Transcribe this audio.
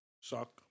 Suck